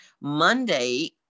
Monday